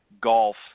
golf